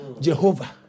Jehovah